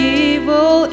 evil